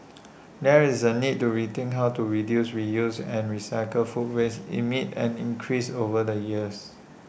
there is A need to rethink how to reduce reuse and recycle food waste amid an increase over the years